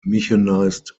mechanized